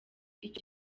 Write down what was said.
icyo